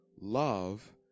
love